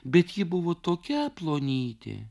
bet ji buvo tokia plonytė